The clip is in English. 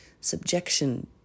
subjection